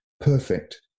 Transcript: Perfect